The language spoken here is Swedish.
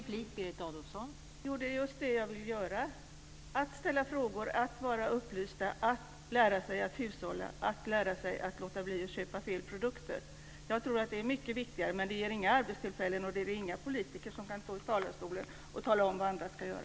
Fru talman! Jo, det är just det jag vill göra. Att ställa frågor, att vara upplyst, att lära sig att hushålla, att lära sig att låta bli att köpa fel produkter - jag tror att det är mycket viktigare. Men det ger inga arbetstillfällen, och det ger inga politiker som kan stå i talarstolen och tala om vad andra ska göra.